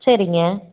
சரிங்க